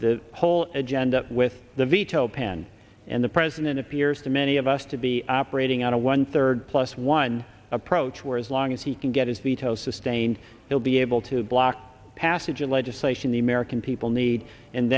the whole agenda with the veto pen and the president appears to many of us to be operating on a one third plus one approach where as long as he can get his veto sustained he'll be able to block passage of legislation the american people need and